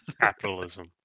Capitalism